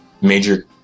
major